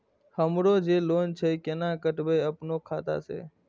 हमरो जे लोन छे केना कटेबे अपनो खाता से?